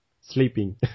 sleeping